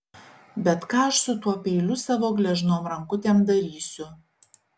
bet ką aš su tuo peiliu savo gležnom rankutėm darysiu